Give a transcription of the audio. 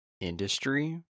industry